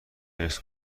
ارث